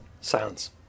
Silence